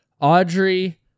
Audrey